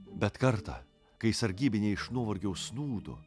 bet kartą kai sargybiniai iš nuovargio užsnūdo